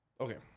okay